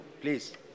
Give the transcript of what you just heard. Please